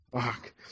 Fuck